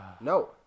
no